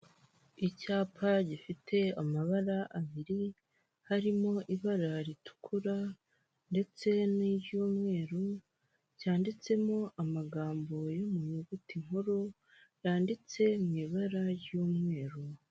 Icyapa gifite amabara abiri harimo ibara ritukura ndetse niry'umweru, cyanditsemo amagambo yo mu nyuguti nkuru yanditse mu ibara ry'umweru.